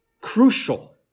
crucial